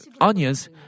onions